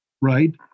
right